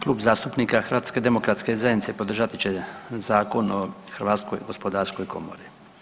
Klub zastupnika HDZ-a podržat će Zakon o Hrvatskoj gospodarskoj komori.